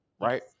right